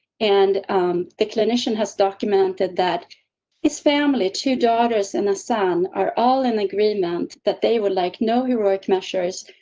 and the clinician has documented that is family two, daughters, and the son are all in agreement that they were, like, no heroic measures.